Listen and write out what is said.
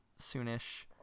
soonish